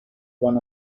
one